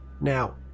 Now